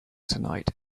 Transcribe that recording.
tonight